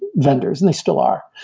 vendors and they still are.